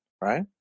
right